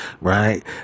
right